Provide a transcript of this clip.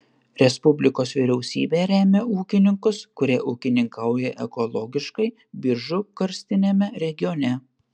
respublikos vyriausybė remia ūkininkus kurie ūkininkauja ekologiškai biržų karstiniame regione